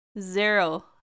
Zero